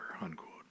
unquote